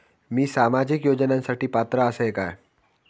मी सामाजिक योजनांसाठी पात्र असय काय?